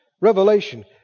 Revelation